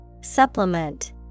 Supplement